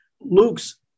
Luke's